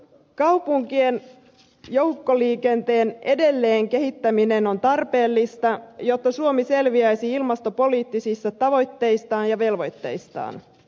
kaupunkien joukkoliikenteen edelleen kehittäminen on tarpeellista jotta suomi selviäisi ilmastopoliittisista tavoitteistaan ja velvoitteistaan